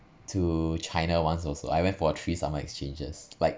to china once also I went for three summer exchanges like